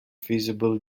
feasible